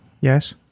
Yes